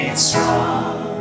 strong